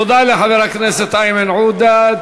תודה לחבר הכנסת איימן עודה.